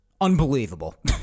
Unbelievable